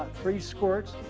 three squirts.